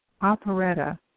operetta